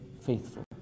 faithful